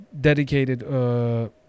dedicated